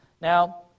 Now